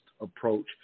approach